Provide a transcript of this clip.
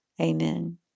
Amen